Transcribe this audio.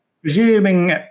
Presuming